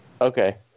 Okay